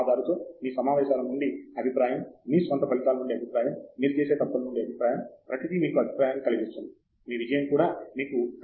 సలహాదారుతో మీ సమావేశాల నుండి అభిప్రాయం మీ స్వంత ఫలితాల నుండి అభిప్రాయం మీరు చేసే తప్పుల నుండి అభిప్రాయం ప్రతిదీ మీకు అభిప్రాయాన్ని ఇస్తుంది మీ విజయం కూడా మీకు అభిప్రాయాన్ని ఇస్తుంది